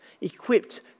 equipped